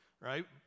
right